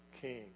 king